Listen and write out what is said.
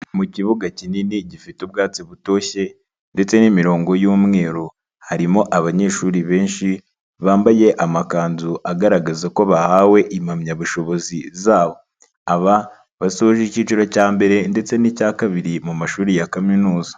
Mu kibuga kinini gifite ubwatsi butoshye ndetse n'imirongo y'umweru harimo abanyeshuri benshi bambaye amakanzu agaragaza ko bahawe impamyabushobozi zabo, aba basoje ikiciro cya mbere ndetse n'icya kabiri mu mashuri ya kaminuza.